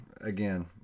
again